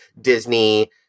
Disney